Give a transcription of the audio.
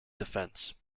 defense